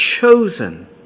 chosen